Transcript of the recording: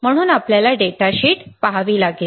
म्हणून आपल्याला data sheet पहावी लागेल